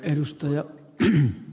arvoisa puhemies